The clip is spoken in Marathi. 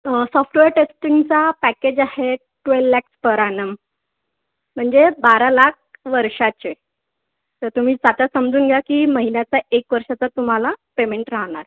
सॉफ्टवेअर टेस्टिंगचा पॅकेज आहे ट्वेल लॅक्स पर ॲनम म्हणजे बारा लाख वर्षाचे तर तुम्ही साचा समजून घ्या की महिन्याचा एक वर्षाचा तुम्हाला पेमेंट राहणार